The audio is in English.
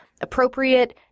Appropriate